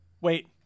Wait